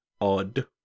odd